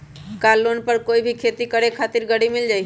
का लोन पर कोई भी खेती करें खातिर गरी मिल जाइ?